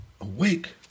Awake